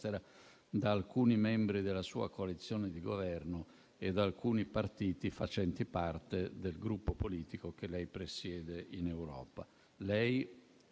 da alcuni membri della sua coalizione di Governo e da alcuni partiti facenti parte del Gruppo politico che lei presiede in Europa.